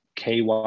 KY